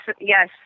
Yes